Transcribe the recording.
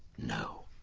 no.